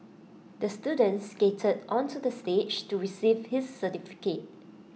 the student skated onto the stage to receive his certificate